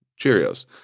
Cheerios